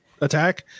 attack